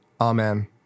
Amen